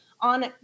on